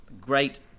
great